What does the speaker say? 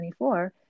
24